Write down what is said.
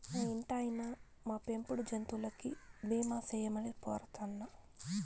మా ఇంటాయినా, మా పెంపుడు జంతువులకి బీమా సేయమని పోరతన్నా